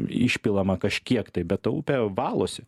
išpilama kažkiek tai bet ta upė valosi